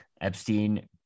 Epstein